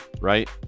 right